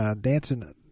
Dancing